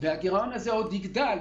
והגירעון הזה עוד יגדל,